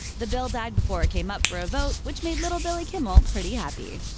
the bill died before it came up for a vote which made little billy kimmel pretty happy!